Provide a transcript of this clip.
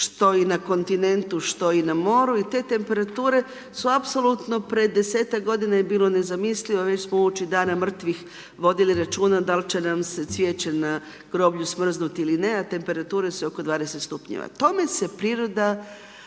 što i na kontinentu, što i na moru. I te temperature su apsolutno prije 10-tak g. bilo nezamislivo, već smo uoči dana mrtvih vodili računa, dal će nam se cvijeće na groblju smrznuti ili ne a temperature su 20 stupnjeva. Tome se priroda